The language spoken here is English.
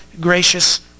gracious